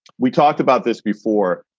we talked about this before.